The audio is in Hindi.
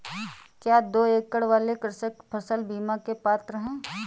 क्या दो एकड़ वाले कृषक फसल बीमा के पात्र हैं?